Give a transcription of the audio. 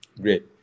Great